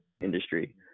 industry